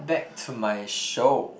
back to my show